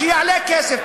שיעלה כסף.